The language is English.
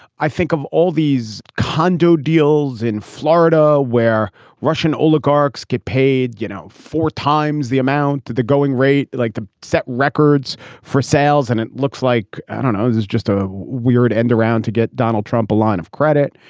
i think of all these condo deals in florida where russian oligarchs get paid, you know, four times the amount that the going rate, like the set records for sales. and it looks like i don't and know, there's just a weird end around to get donald trump a line of credit.